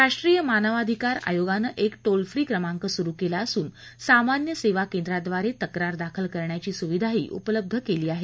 राष्ट्रीय मानवाधिकार आयोगानं एक टोल फ्री क्रमांक सुरु केला असून सामान्य सेवा केंद्राद्वारे तक्रार दाखल करण्याची सुविधाही उपलब्ध केली आहे